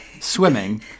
swimming